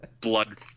blood